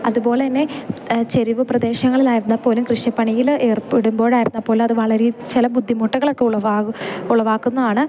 അതുപോലെ തന്നെ ചെരിവ് പ്രദേശങ്ങളിലായിരുന്നാൽ പോലും കൃഷിപ്പണിയില് ഏർപ്പെടുമ്പോഴായിരുന്നാൽ പോലും അത് വളരെ ചില ബുദ്ധിമുട്ടുകളൊക്കെ ഉളവാകു ഉളവാക്കുന്നതാണ്